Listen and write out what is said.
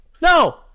no